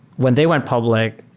when they went public,